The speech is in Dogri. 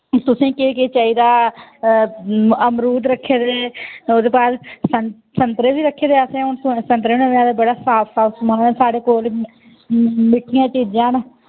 तुसें केह् केह् चाहिदा अमरुद रक्खे दे ओह्दे बाद सन संतरे बी रक्खे दे असें हून संतरे होने आह्ले बड़ा साफ साफ समान ऐ साढ़े कोल मिट्ठियां चीजां न